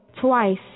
Twice